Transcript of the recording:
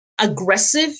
aggressive